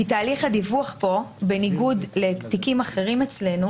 כי תהליך הדיווח פה בניגוד לתיקים אחרים אצלנו